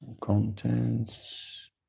Contents